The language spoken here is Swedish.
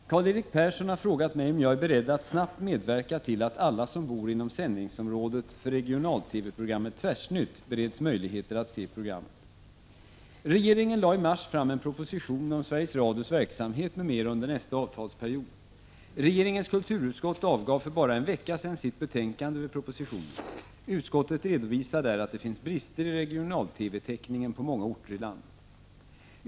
Herr talman! Karl-Erik Persson har frågat mig om jag är beredd att snabbt medverka till att alla som bor inom sändningsområdet för regional-TV programmet Tvärsnytt bereds möjligheter att se programmet. Regeringen lade i mars fram en proposition . Utskottet redovisar där att det finns brister i regional-TV täckningen på många orter i landet.